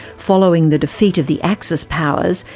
following the defeat of the axis powers,